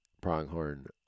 pronghorn